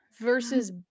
versus